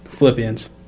Philippians